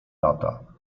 lata